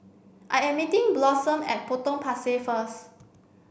I am meeting Blossom at Potong Pasir first